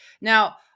Now